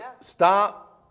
stop